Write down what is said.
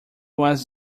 was